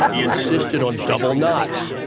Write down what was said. ah insistent on double knots,